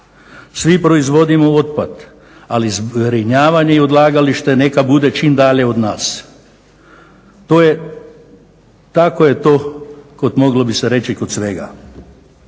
Svi proizvodimo otpad, ali zbrinjavanje i odlagalište neka bude čim dalje od nas. Tako je to kod moglo bi se reći kod svega.